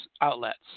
Outlets